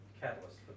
catalyst